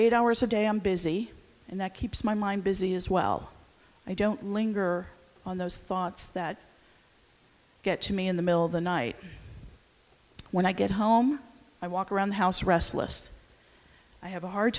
eight hours a day i'm busy and that keeps my mind busy as well i don't linger on those thoughts that get to me in the middle of the night when i get home i walk around the house restless i have a hard